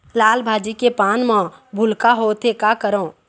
लाल भाजी के पान म भूलका होवथे, का करों?